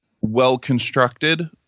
well-constructed